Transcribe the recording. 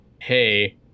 Hey